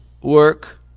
work